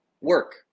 work